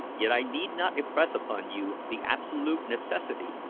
yet i need not impress upon you the absolute necessity,